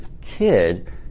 kid